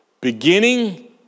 beginning